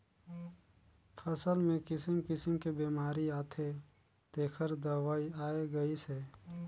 फसल मे किसिम किसिम के बेमारी आथे तेखर दवई आये गईस हे